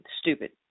Stupid